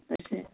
अशें